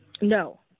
No